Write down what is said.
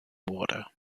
water